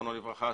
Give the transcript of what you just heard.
זכרונו לברכה,